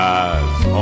eyes